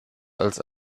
als